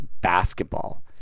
basketball